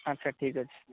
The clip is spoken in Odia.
ଆଚ୍ଛା ଠିକ୍ ଅଛି